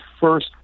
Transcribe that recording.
first